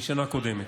מהשנה הקודמת.